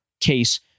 case